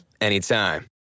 anytime